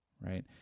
Right